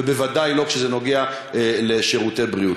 ובוודאי לא כשזה נוגע לשירותי בריאות.